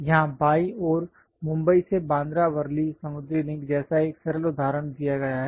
यहाँ बायीं ओर मुम्बई से बांद्रा वर्ली समुद्री लिंक जैसा एक सरल उदाहरण दिखाया गया है